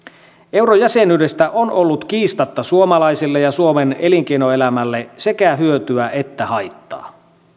eurojäsenyydestä on ollut kiistatta suomalaisille ja suomen elinkeinoelämälle sekä hyötyä että haittaa